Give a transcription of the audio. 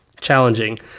challenging